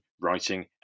Writing